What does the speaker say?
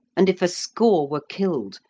and if a score were killed,